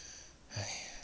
!haiya!